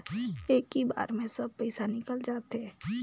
इक्की बार मे सब पइसा निकल जाते?